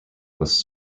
was